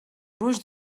gruix